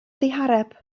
ddihareb